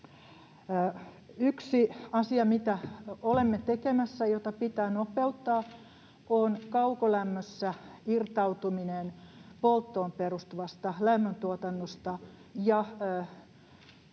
Yksi asia, mitä olemme tekemässä ja mitä pitää nopeuttaa, on kaukolämmössä irtautuminen polttoon perustuvasta lämmöntuotannosta ja